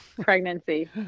Pregnancy